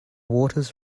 waters